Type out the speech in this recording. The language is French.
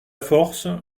force